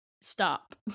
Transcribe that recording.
stop